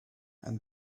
and